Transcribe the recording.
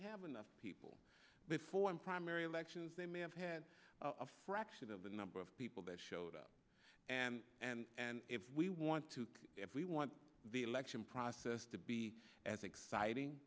have enough people before in primary elections they may have had a fraction of the number of people that showed up and and if we want to if we want the election process to be as exciting